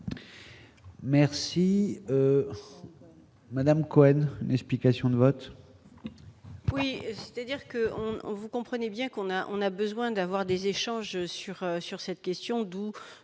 Merci, Madame Cohen, explications de vote.